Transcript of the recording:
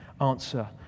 answer